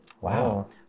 Wow